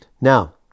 Now